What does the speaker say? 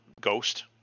ghost